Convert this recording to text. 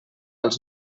els